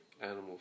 Animal